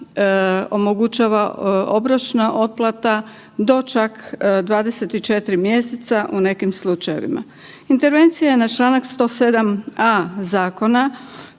omogućava obročna otplata do čak 24 mjeseca u nekim slučajevima. Intervencija je na članak 107a. zakona